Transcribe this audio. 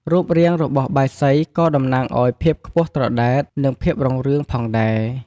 រូបរាងរបស់បាយសីក៏តំណាងឲ្យ ភាពខ្ពស់ត្រដែត និង ភាពរុងរឿង ផងដែរ។